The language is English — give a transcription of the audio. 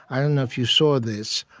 i don't know if you saw this.